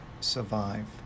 survive